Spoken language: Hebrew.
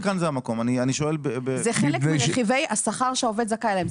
זה חלק מרכיבי השכר שהעובד זכאי להם.